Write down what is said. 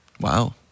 Wow